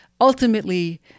ultimately